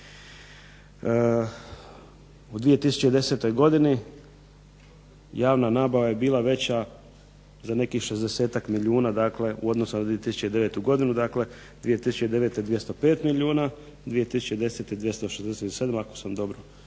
U 2010. godini javna nabava je bila veća za nekih 60-tak milijuna u odnosu na 2009. godinu dakle, 2009. 205 milijuna, 2010. 267 ako sam dobro brojke